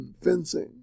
fencing